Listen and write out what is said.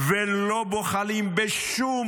ולא בוחלים בשום